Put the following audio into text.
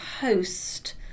host